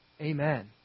Amen